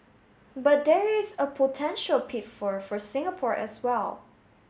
but there is a potential pitfall for Singapore as well